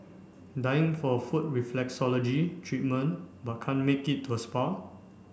dying for a foot reflexology treatment but can't make it to a spa